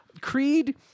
Creed